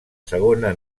segona